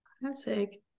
Classic